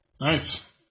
Nice